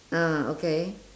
ah okay